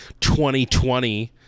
2020